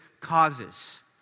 causes